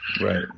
Right